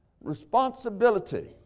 responsibility